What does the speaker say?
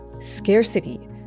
scarcity